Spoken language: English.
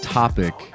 topic